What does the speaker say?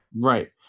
right